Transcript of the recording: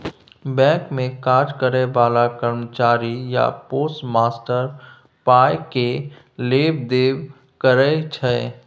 bank मे काज करय बला कर्मचारी या पोस्टमास्टर पाइ केर लेब देब करय छै